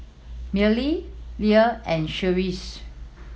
Milly Leanne and Cherise